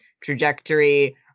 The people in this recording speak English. trajectory